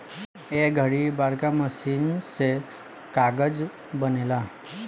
ए घड़ी बड़का मशीन से कागज़ बनेला